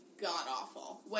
god-awful